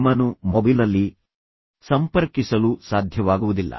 ನಿಮ್ಮನ್ನು ಮೊಬೈಲ್ನಲ್ಲಿ ಸಂಪರ್ಕಿಸಲು ಸಾಧ್ಯವಾಗುವುದಿಲ್ಲ